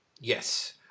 yes